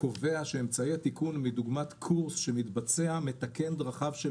קובע שאמצעי התיקון מדוגמת קורס שמתבצע מתקן דרכיו של